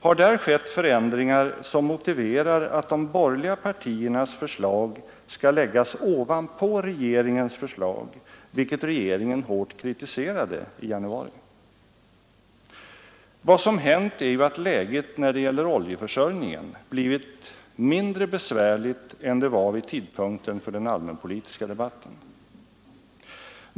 Har där skett förändringar som motiverar att de borgerliga partiernas förslag skall läggas ovanpå regeringens förslag, vilket regeringen hårt kritiserade i januari? Vad som hänt är ju att läget när det gäller oljeförsörjningen blivit mindre besvärligt än det var vid tidpunkten för den allmänpolitiska debatten.